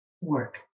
work